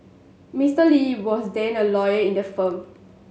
Mister Lee was then a lawyer in the firm